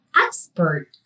expert